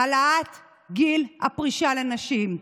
העלאת גיל הפרישה לנשים.